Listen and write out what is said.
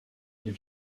îles